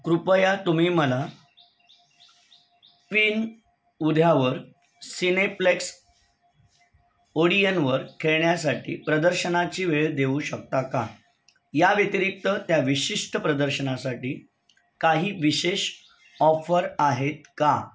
कृपया तुम्ही मला क्वीन उद्यावर सिनेप्लेक्स ओडियनवर खेळण्यासाठी प्रदर्शनाची वेळ देऊ शकता का या व्यतिरिक्त त्या विशिष्ट प्रदर्शनासाठी काही विशेष ऑफर आहेत का